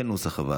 איזו הצעת חוק?